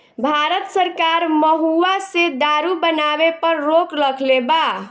भारत सरकार महुवा से दारू बनावे पर रोक रखले बा